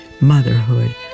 motherhood